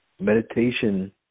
Meditation